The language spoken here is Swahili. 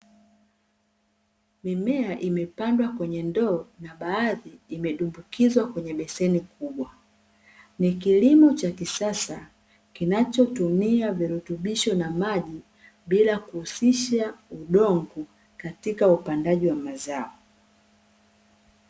Mimea imepandwa kwenye ndoo na baadhi imedumbukizwa kwenye beseni kubwa. Ni kilimo cha kisasa kinachotumia virutubisho na maji bila kuhusisha udongo katika upandaji wa mazao.